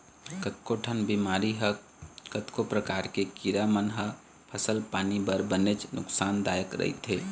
कतको ठन बेमारी ह कतको परकार के कीरा मन ह फसल पानी बर बनेच नुकसान दायक रहिथे